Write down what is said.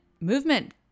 movement